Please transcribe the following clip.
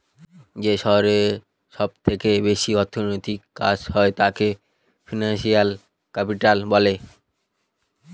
যে শহরে সব থেকে বেশি অর্থনৈতিক কাজ হয় তাকে ফিনান্সিয়াল ক্যাপিটাল বলে